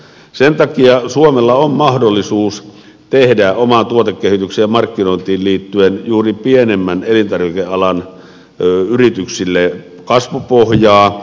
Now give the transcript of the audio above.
sen takia suomella on mahdollisuus tehdä omaan tuotekehitykseen ja markkinointiin liittyen juuri pienemmän elintarvikealan yrityksille kasvupohjaa